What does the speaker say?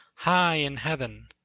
high in heaven.